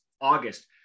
August